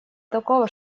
такого